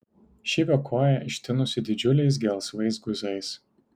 šyvio koja ištinusi didžiuliais gelsvais guzais